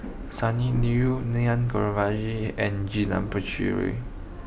Sonny Liew Naa and Janil Puthucheary